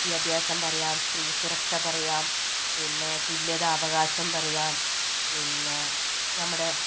വിദ്യാഭ്യാസം പറയാം സ്ത്രീ സുരക്ഷ പറയാം പിന്നെ തുല്ല്യത അവകാശം പറയാം പിന്നെ നമ്മുടെ